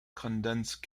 condensed